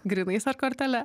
grynais ar kortele